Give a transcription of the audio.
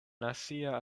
nacia